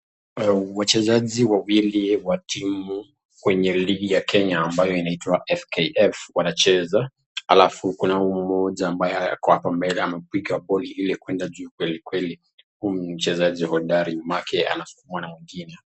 Wachezaji wawili wa timu kwenye ligi ya Kenya ambayo inaitwa FKF wanacheza, halafu kuna huyu mmoja ambaye ako hapo mbele anapiga boli ili kuenda juu kweli kweli, huyu ni mchezaji hodari maanake.